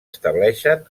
estableixen